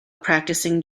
practicing